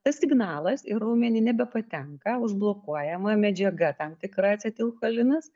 tas signalas į raumenį nebepatenka užblokuojama medžiaga tam tikra acetilcholinas